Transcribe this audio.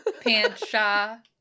Pancha